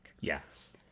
Yes